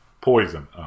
Poison